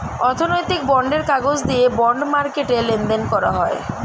অর্থনৈতিক বন্ডের কাগজ দিয়ে বন্ড মার্কেটে লেনদেন করা হয়